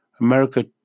America